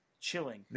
chilling